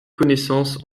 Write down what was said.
connaissances